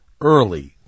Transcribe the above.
early